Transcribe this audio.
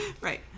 Right